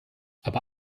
aber